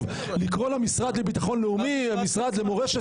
לקרוא למשרד לביטחון לאומי המשרד זה מורשת